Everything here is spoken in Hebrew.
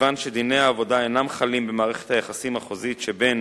מכיוון שדיני העבודה אינם חלים במערכת היחסים החוזית שבין